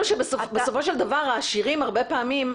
זה דיני נפשות.